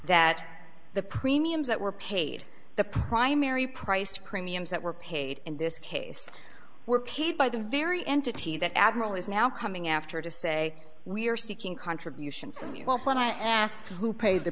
that the premiums that were paid the primary priced premiums that were paid in this case were paid by the very entity that admiral is now coming after to say we are seeking contributions from you when i asked who paid the